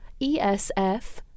ESF